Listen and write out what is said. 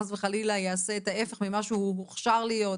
חס וחלילה יעשה את ההיפך ממה שהוא מוכשר להיות,